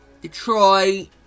Detroit